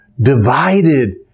divided